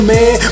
Man